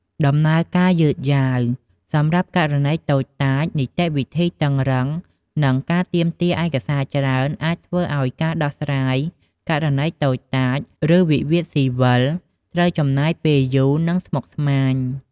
ដំណើរការយឺតយ៉ាវសម្រាប់ករណីតូចតាច នីតិវិធីតឹងរ៉ឹង និងការទាមទារឯកសារច្រើន អាចធ្វើឱ្យការដោះស្រាយ ករណីតូចតាច ឬវិវាទស៊ីវិល ត្រូវចំណាយពេលយូរ និងស្មុគស្មាញ។